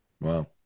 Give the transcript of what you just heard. Wow